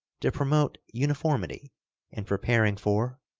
to promote uniformity in preparing for,